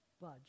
budge